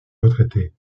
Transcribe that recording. retraités